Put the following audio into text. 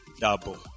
double